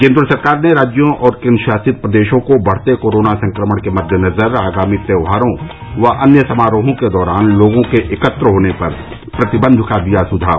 केन्द्र सरकार राज्यों और केन्द्र शासित प्रदेशों को बढ़ते कोरोना संक्रमण के मद्देनजर आगामी त्योहारो व अन्य समारोहों के दौरान लोगों के एकत्र होने पर प्रतिबंध का दिया सुझाव